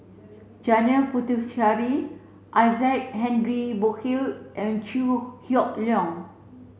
Janil Puthucheary Isaac Henry Burkill and Chew Hock Leong